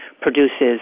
produces